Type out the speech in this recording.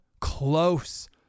close